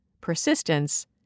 persistence